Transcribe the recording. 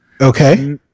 Okay